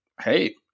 hey